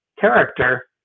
character